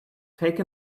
take